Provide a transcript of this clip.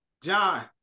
John